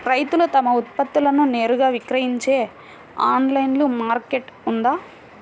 రైతులు తమ ఉత్పత్తులను నేరుగా విక్రయించే ఆన్లైను మార్కెట్ ఉందా?